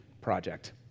project